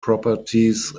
properties